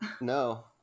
No